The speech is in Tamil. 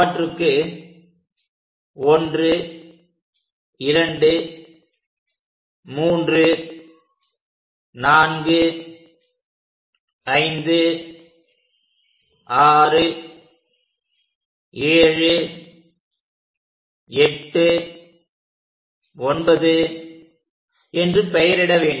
அவற்றுக்கு 1 2 3 4 5 6 7 8 9 என்று பெயரிட வேண்டும்